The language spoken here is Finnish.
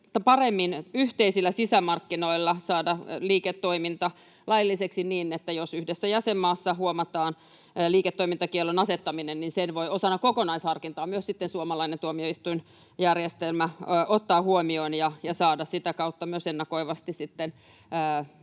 paremmin yhteisillä sisämarkkinoilla saamaan liiketoiminta lailliseksi, niin että jos yhdessä jäsenmaassa huomataan liiketoimintakiellon asettaminen, niin sen voi osana kokonaisharkintaa myös sitten suomalainen tuomioistuinjärjestelmä ottaa huomioon ja saada sitä kautta myös ennakoivasti